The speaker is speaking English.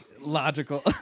logical